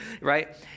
right